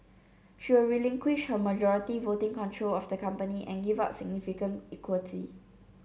she will relinquish her majority voting control of the company and give up significant equity